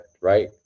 right